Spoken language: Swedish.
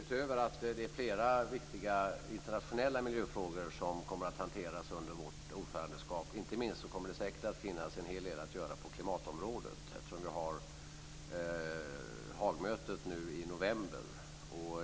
Fru talman! Flera viktiga internationella miljöfrågor kommer att hanteras under vårt ordförandeskap. Inte minst kommer det säkert att finnas en hel del att göra på klimatområdet, eftersom vi har Haagmötet i november.